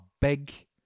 big